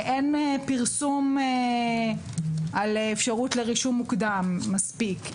אין פרסום על אפשרות לרישום מוקדם מספיק,